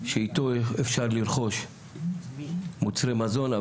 שאיתו אפשר לרכוש מוצרי מזון,